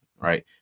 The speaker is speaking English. right